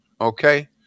Okay